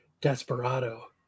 Desperado